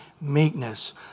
meekness